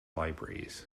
libraries